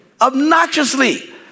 Obnoxiously